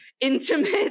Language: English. intimate